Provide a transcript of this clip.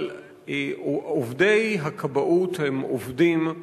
אבל עובדי הכבאות הם עובדים,